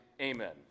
amen